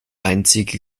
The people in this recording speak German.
einzige